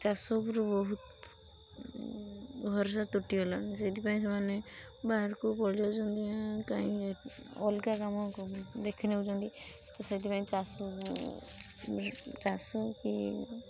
ଚାଷ ଉପରେ ବହୁତ ଭରସା ତୁଟି ଗଲାଣି ସେଇଥିପାଇଁ ସେମାନେ ବାହରକୁ ପଳାଇ କାହିଁକି ଅଲଗା କାମ ଦେଖି ନେଉଛନ୍ତି ତ ସେଇଥିପାଇଁ ଚାଷ କି